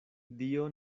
dio